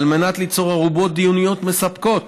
ועל מנת ליצור ערובות דיוניות מספקות,